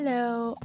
Hello